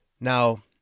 Now